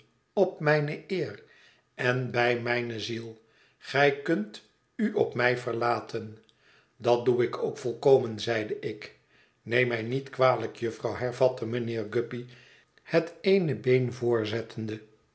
op mijne eer en bij mijne ziel gij kunt u op mij verlaten dat doe ik ook volkomen zeide ik neem mij niet kwalijk jufvrouw hervatte mijnheer guppy het eene been voorzettende